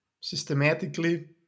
systematically